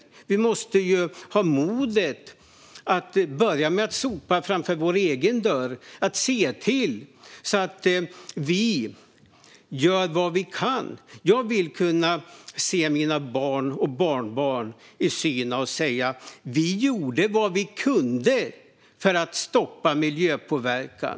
Vi måste ha modet att börja med att sopa framför egen dörr och se till att göra vad vi kan. Jag vill kunna se mina barn och barnbarn i synen säga: Vi gjorde vad vi kunde för att stoppa miljöpåverkan.